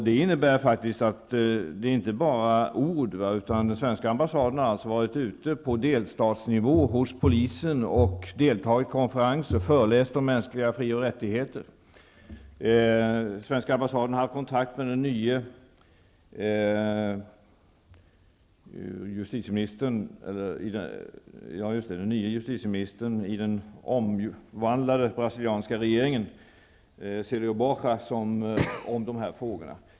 Det handlar inte bara om ord. Den svenska ambassaden har varit ute på delstatsnivå hos polisen, deltagit i konferenser, föreläst om mänskliga fri och rättigheter. Den svenska ambassaden har också haft kontakt med den nye justitieministern i den omvandlade brasilianska regeringen om dessa frågor.